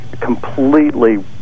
completely